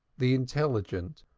the intelligent,